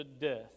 death